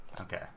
Okay